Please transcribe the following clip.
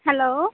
hello